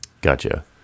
Gotcha